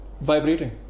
Vibrating